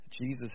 Jesus